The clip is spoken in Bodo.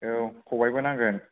औ खबायबो नांगोन